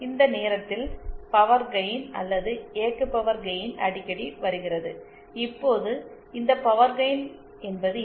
இந்த நேரத்தில் power gain அல்லது இயக்க பவர் கெயின் அடிக்கடி வருகிறது இப்போது இந்த பவர் கெயின் என்பது என்ன